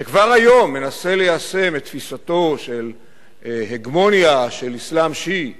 שכבר היום מנסה ליישם תפיסת הגמוניה של אסלאם שיעי בעולם,